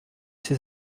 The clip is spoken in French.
ces